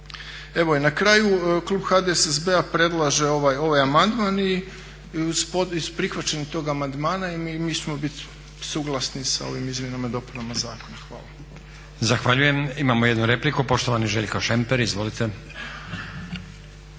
Evo i na kraju klub HDSSB-a predlaže ovaj amandman i s prihvaćanjem tog amandmana mi ćemo bit suglasni sa ovim izmjenama i dopunama Zakona. Hvala. **Stazić, Nenad (SDP)** Zahvaljujem. Imamo jednu repliku, poštovani Željko Šemper. Izvolite.